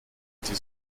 die